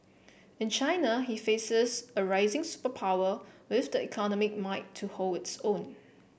in China he faces a rising superpower with the economic might to hold its own